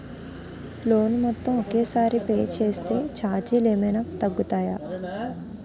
Loan మొత్తం ఒకే సారి పే చేస్తే ఛార్జీలు ఏమైనా తగ్గుతాయా?